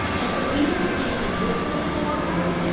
and so even if the change is good for them in the long run,